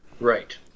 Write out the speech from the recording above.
Right